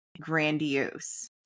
grandiose